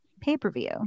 Pay-Per-View